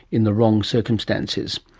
in the wrong circumstances.